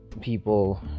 people